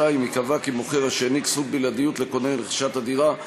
2. ייקבע כי מוכר אשר העניק זכות בלעדיות לקונה לרכישת הדירה,